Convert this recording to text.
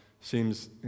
seems